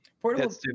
portable